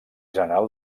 general